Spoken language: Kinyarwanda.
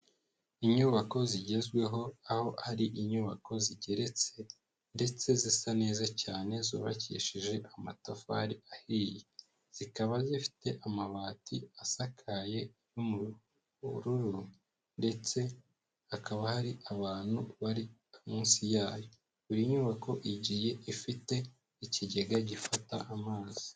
Inyubako zigezweho, aho ari inyubako zigeretse ndetse zisa neza cyane, zubakishije amatafari ahiye, zikaba zifite amabati asakaye y'ubururu, ndetse hakaba hari abantu bari munsi yayo. Buri nyubako igiye ifite ikigega gifata amazi.